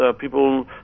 people